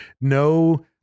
No